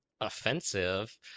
Offensive